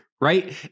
right